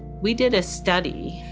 we did a study,